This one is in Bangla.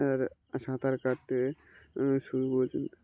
আর সাঁতার কাটতে সুইমিং পুল